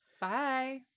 Bye